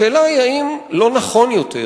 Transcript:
השאלה היא אם לא נכון יותר,